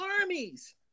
armies